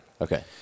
Okay